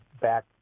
back